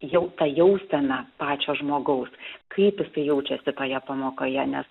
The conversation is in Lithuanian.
jau ta jausena pačio žmogaus kaip jisai jaučiasi toje pamokoje nes